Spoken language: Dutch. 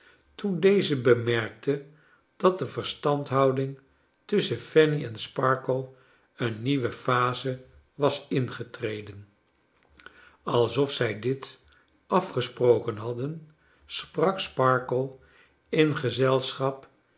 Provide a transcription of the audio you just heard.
toen deze bemerkte dat de verstandhouding tusschen fanny en sparkler een nieuwe phase was ingetreden als of zij dit afgesproken hadden sprak sparkler in gezelschap